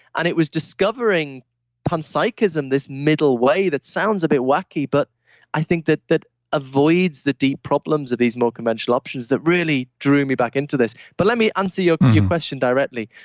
and it was discovering panpsychism this middle way that sounds a bit wacky, but i think that that avoids the deep problems of these more conventional options. that really drew me back into this. but let me answer your your question directly.